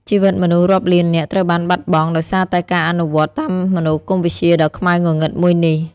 ជីវិតមនុស្សរាប់លាននាក់ត្រូវបានបាត់បង់ ដោយសារតែការអនុវត្តតាមមនោគមវិជ្ជាដ៏ខ្មៅងងឹតមួយនេះ។